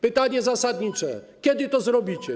Pytanie zasadnicze: Kiedy to zrobicie?